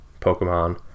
Pokemon